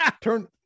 turn